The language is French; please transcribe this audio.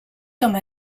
comme